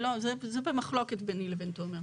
זאת המחלוקת ביני לבין תומר.